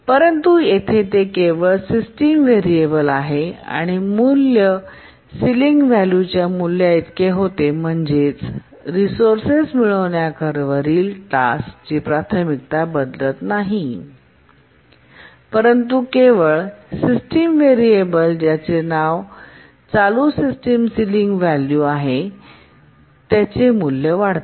परंतु येथे ते केवळ सिस्टम व्हेरिएबल आहे आणि मूल्य सिलिंग व्हॅल्यू च्या मूल्याइतके होते म्हणजेच रिसोर्से मिळवण्यावरील टास्क ची प्राथमिकता बदलत नाही परंतु केवळ सिस्टम व्हेरिएबल ज्याचे नाव चालू सिस्टीम सिलिंग व्हॅल्यू आहे त्याचे मूल्य वाढते